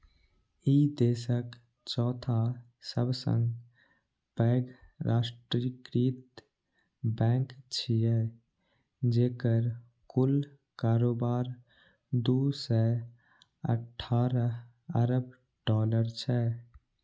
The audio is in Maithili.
ई देशक चौथा सबसं पैघ राष्ट्रीयकृत बैंक छियै, जेकर कुल कारोबार दू सय अठारह अरब डॉलर छै